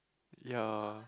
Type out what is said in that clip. yea